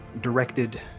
directed